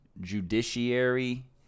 Judiciary